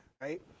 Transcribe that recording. right